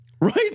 Right